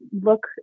look